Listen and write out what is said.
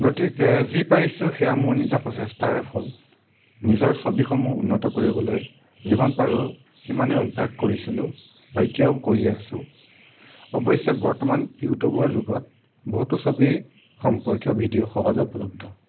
গতিকে যি পাৰিছোঁ সেয়া মোৰ নিজা প্ৰচেষ্টাৰে ফল নিজৰ ছবিসমূহ উন্নত কৰিবলৈ যিমান পাৰোঁ সিমানেই অভ্যাস কৰিছিলোঁ বা এতিয়াও কৰি আছোঁ অৱশ্যে বৰ্তমান ইউটিউবৰ যুগত বহুতো ছবি সম্পৰ্কীয় ভিডিঅ' সহজে উপলব্ধ